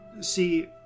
See